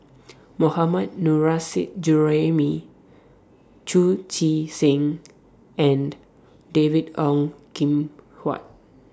Mohammad Nurrasyid Juraimi Chu Chee Seng and David Ong Kim Huat